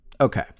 Okay